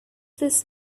this